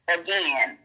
again